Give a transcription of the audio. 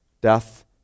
death